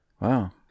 Wow